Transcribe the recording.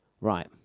Right